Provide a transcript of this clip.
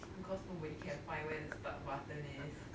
because nobody can find where the start button is